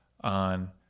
on